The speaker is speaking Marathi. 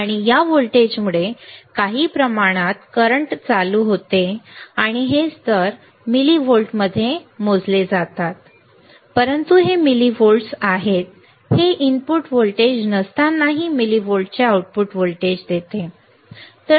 आणि या व्होल्टेजमुळे काही प्रमाणात करंट चालू होते आणि हे स्तर मिलिव्होल्टमध्ये मोजले जातात परंतु हे मिलिवोल्ट्स आहेत हे इनपुट व्होल्टेज नसतानाही मिलिव्होल्टचे आउटपुट व्होल्टेज आहे